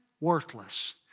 worthless